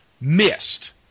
Missed